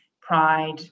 pride